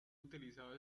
utilizado